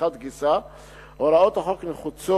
מחד גיסא הוראות החוק נחוצות,